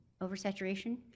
oversaturation